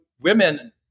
women